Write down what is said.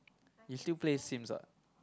you still play Sims ah